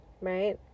Right